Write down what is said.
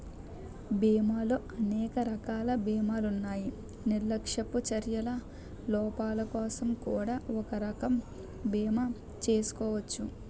బీమాలో అనేక రకాల బీమాలున్నాయి నిర్లక్ష్యపు చర్యల లోపాలకోసం కూడా ఒక రకం బీమా చేసుకోచ్చు